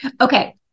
Okay